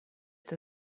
the